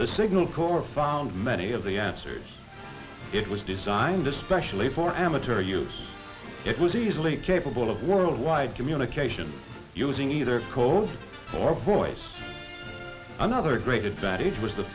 the signal corps found many of the answers it was designed especially for amateur use it was easily capable of worldwide communication using either coast or voice another great advantage was the